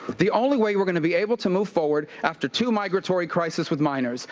the only way we're are going to be able to move forward after two migratory crises with minor,